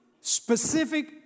specific